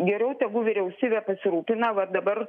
geriau tegu vyriausybė pasirūpina vat dabar